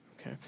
Okay